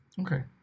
Okay